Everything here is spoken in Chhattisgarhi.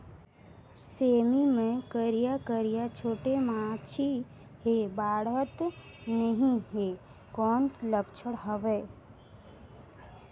सेमी मे करिया करिया छोटे माछी हे बाढ़त नहीं हे कौन लक्षण हवय?